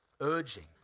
urging